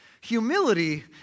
Humility